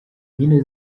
mbyino